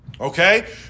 Okay